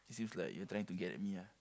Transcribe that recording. this like you are trying to get at me ah